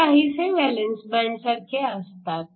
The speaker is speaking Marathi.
ते काहीसे व्हॅलन्स बँडसारखे आहे